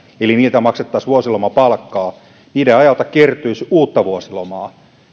eli niin että maksettaisiin vuosilomapalkkaa niiden ajalta kertyisi uutta vuosilomaa